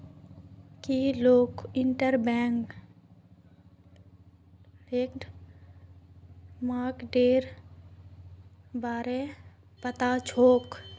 की तोक interbank lending मार्केटेर बारे पता छोक